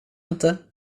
inte